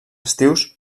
estius